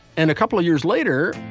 and a couple of years later,